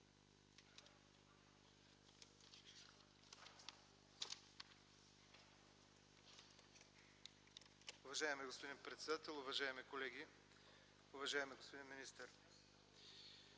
Уважаеми господин председател, уважаеми колеги, уважаеми господин министър!